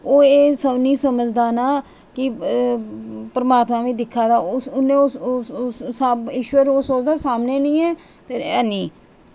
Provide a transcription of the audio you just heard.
ओह् एह् निं समझदा ना की परमात्मा बी दिक्खा दा उन्ने सब ओह्दे सामनै निं ऐ ते ऐनी ऐ